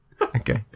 Okay